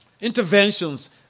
interventions